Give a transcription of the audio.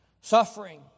suffering